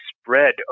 spread